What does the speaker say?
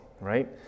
right